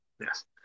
Yes